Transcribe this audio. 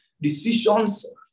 Decisions